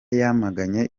yamaganye